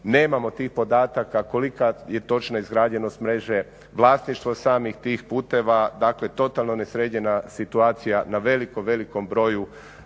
nemamo tih podataka kolika je točna izgrađenost mreže vlasništvo samih tih putova, dakle totalno nesređena situacija na velikom, velikom broju